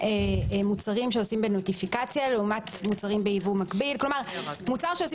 מוצרים שעושים בנוטיפיקציה לעומת מוצרים בייבוא מקביל כלומר מוצר שעושים